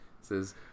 says